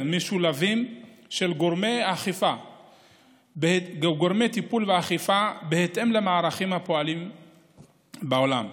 משולבים של גורמי טיפול ואכיפה בהתאם למערכים הפועלים בעולם,